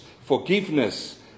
forgiveness